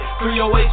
308